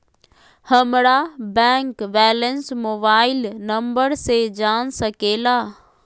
हमारा bank balance mobile number से जान सके ला?